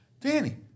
Danny